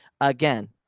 again